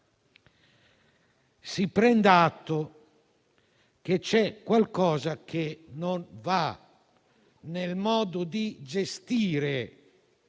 si prenda atto che qualcosa non va nel modo di gestire